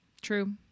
True